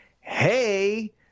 hey